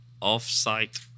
off-site